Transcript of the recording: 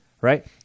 right